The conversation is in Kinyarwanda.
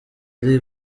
ari